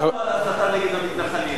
לא שאלנו על הסתה נגד המתנחלים.